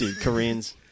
Koreans